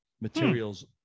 materials